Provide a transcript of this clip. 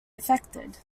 affected